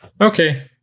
Okay